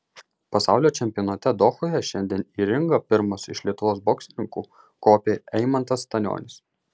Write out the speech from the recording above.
pasaulio čempionate dohoje šiandien į ringą pirmas iš lietuvos boksininkų kopė eimantas stanionis